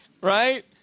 right